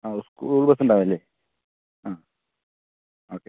ആ സ്കൂൾ ബസുണ്ടാവും അല്ലെ ആ ഓക്കെ